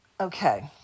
Okay